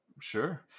Sure